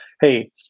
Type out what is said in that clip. Hey